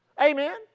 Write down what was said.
Amen